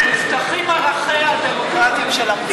מובטחים ערכיה הדמוקרטיים של המדינה.